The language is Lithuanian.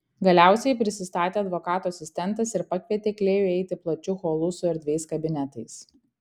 galiausiai prisistatė advokato asistentas ir pakvietė klėjų eiti plačiu holu su erdviais kabinetais